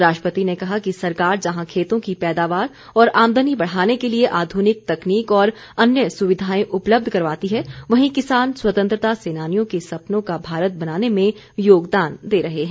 राष्ट्रपति ने कहा कि सरकार जहां खेतों की पैदावार और आमदनी बढ़ाने के लिए आधुनिक तकनीक और अन्य सुविधाये उपलब्य करवाती है वहीं किसान स्वतंत्रता सेनानियों के सपनों का भारत बनाने में योगदान दे रहे हैं